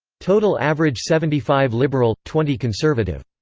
total average seventy five liberal, twenty conservative.